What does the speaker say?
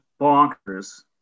bonkers